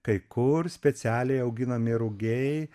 kai kur specialiai auginami rugiai